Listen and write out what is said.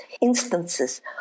instances